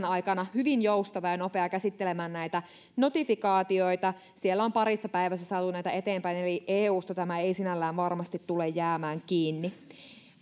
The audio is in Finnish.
aikana hyvin joustava ja nopea käsittelemään näitä notifikaatioita siellä on parissa päivässä saatu näitä eteenpäin eli eusta tämä ei sinällään varmasti tule jäämään kiinni